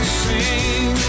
sing